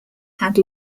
had